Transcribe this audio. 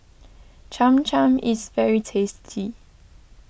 Cham Cham is very tasty